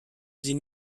sie